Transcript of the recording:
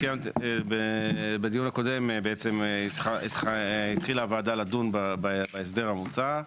בדיון הקודם, התחילה הוועדה לדון בהסדר המוצע.